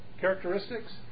characteristics